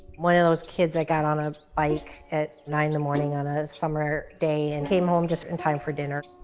one of those kids that got on a bike at nine in the morning on a summer day and came home just in time for dinner.